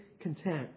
content